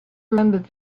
remembered